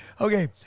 okay